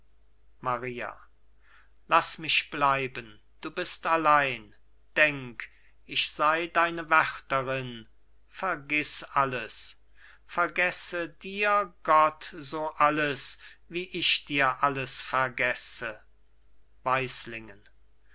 maria laß mich bleiben du bist allein denk ich sei deine wärterin vergiß alles vergesse dir gott so alles wie ich dir alles vergesse